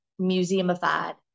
museumified